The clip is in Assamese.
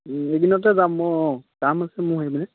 এইকেইদিনতে যাম মই অঁ কাম আছে মোৰ সেই পিনে